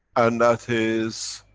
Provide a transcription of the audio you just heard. and that is,